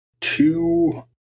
two